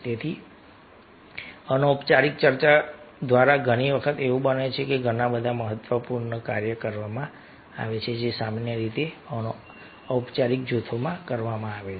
તેથી અનૌપચારિક ચર્ચા દ્વારા ઘણી વખત એવું બને છે કે ઘણાં બધાં મહત્વપૂર્ણ કાર્યો કરવામાં આવે છે જે સામાન્ય રીતે ઔપચારિક જૂથોમાં કરવામાં આવે છે